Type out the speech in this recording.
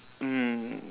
mm